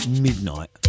midnight